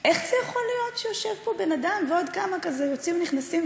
זה יכול להיות שיושב בן-אדם ועוד כמה יוצאים ונכנסים,